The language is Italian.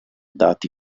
dati